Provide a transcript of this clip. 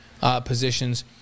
positions